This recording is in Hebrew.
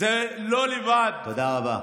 זה לא לבד, תודה רבה.